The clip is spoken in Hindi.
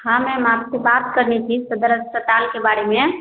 हाँ मैम आप से बात करनी थी सदर अस्पताल के बारे में